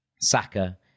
Saka